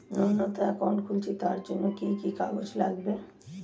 নতুন অ্যাকাউন্ট খুলছি তার জন্য কি কি কাগজ লাগবে?